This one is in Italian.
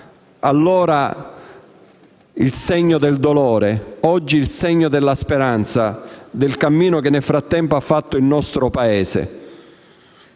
allora il segno del dolore ma oggi è il segno della speranza, del cammino che, nel frattempo, il nostro Paese